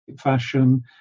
fashion